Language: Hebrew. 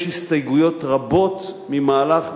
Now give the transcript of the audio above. יש הסתייגויות רבות ממהלך,